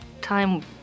time